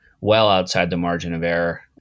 well-outside-the-margin-of-error